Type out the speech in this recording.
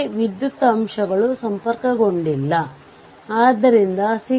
1 ampere 0